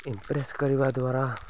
impress କରିବା ଦ୍ୱାରା